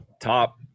top –